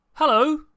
Hello